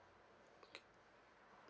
okay